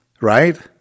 Right